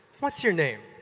what's your name?